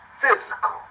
Physical